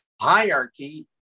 hierarchy